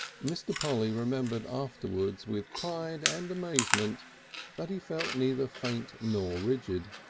mr. polly remembered afterwards with pride and amazement that he felt neither faint nor rigid.